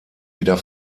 wieder